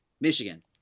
Michigan